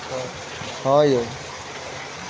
पपीता स्वास्थ्यक लेल बहुत हितकारी फल छै